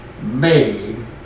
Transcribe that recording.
made